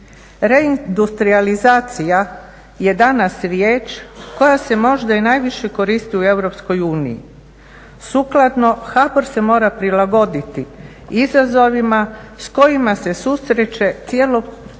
Reindustrijalizacija je danas riječ koja se možda i najviše koristi u EU. Sukladno tome HBOR se mora prilagoditi izazovima s kojima se susreće cjelokupna